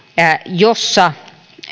jossa